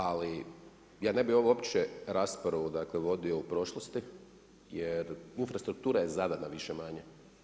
Ali ja ne bi uopće raspravu vodio u prošlosti, jer infrastruktura je zadana više-manje.